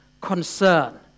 concern